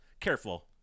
careful